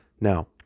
Now